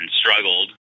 struggled